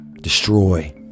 destroy